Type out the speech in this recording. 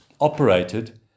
operated